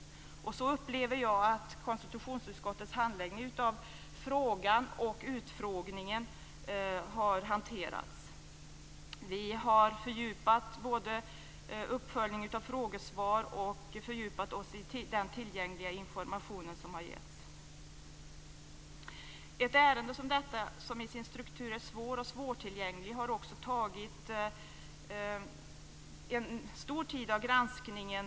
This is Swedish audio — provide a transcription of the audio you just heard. Jag upplever att konstitutionsutskottets handläggning av frågan och utfrågningen har hanterats på det sättet. Vi har fördjupat oss både i uppföljningen av frågesvar och i den tillgängliga information som har getts. Ett ärende som detta, som i sin struktur är svårtillgängligt, har också tagit en stor del av granskningen.